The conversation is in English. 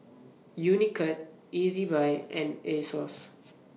Unicurd Ezbuy and Asos